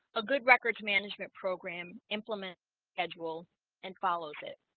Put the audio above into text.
a good records management program implement a schedule and follows it